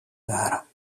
gara